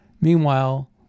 Meanwhile